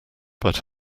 but